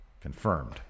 confirmed